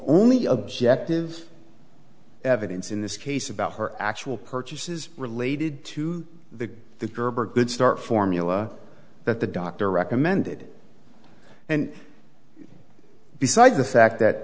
only objective evidence in this case about her actual purchase is related to the the gerber good start formula that the doctor recommended and besides the fact that